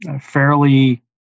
fairly